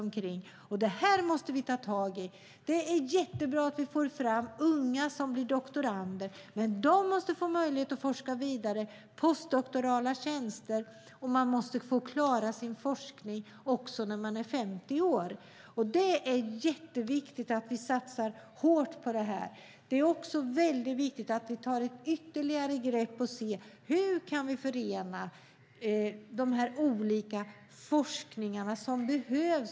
Det här måste vi ta tag i. Det är jättebra att vi får fram unga som blir doktorander, men de måste få möjlighet att forska vidare genom postdoktorala tjänster. Man måste få klara sin forskning också när man är 50 år. Det är jätteviktigt att vi satsar hårt på det. Det är också väldigt viktigt att vi tar ett ytterligare grepp för att se hur vi kan förena de olika forskningar som behövs.